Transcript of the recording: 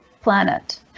Planet